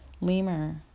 lemur